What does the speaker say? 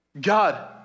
God